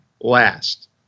last